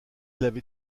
l’avez